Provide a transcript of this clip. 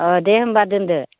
अह दे होमबा दोनदो